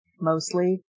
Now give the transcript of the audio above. Mostly